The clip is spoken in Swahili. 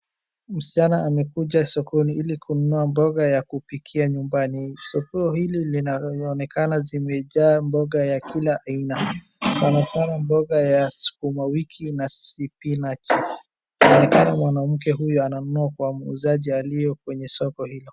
Msichana amekuja sokoni ili kununua mboga ya kupikia nyumbani. Soko hili linaonekana zimejaa mboga ya kila aina sanasana mboga ya sukuma wiki na spinachi. Inaonekana mwanamke huyu ananunua kwa muuzaji aliye kwenye soko hilo.